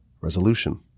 resolution